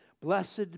Blessed